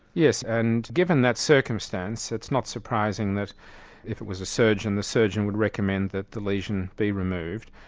yes, and given that circumstance it's not surprising that if it was a surgeon, the surgeon would recommend that the lesion be removed.